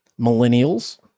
millennials